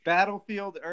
Battlefield